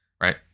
right